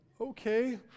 okay